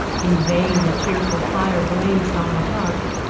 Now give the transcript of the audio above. in vain the cheerful fire blazed on the hearth,